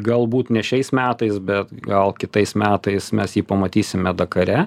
galbūt ne šiais metais bet gal kitais metais mes jį pamatysime dakare